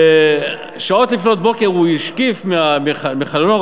בשעות לפנות בוקר הוא השקיף מחלונו,